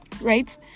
right